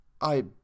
I